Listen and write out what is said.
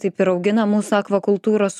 taip ir augina mūsų akvakultūros